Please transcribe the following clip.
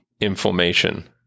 inflammation